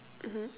mmhmm